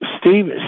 Steve